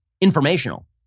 informational